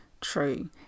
true